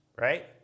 Right